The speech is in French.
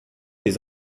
des